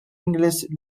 english